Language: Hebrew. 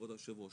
כבוד היושב ראש,